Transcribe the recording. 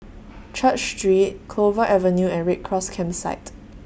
Church Street Clover Avenue and Red Cross Campsite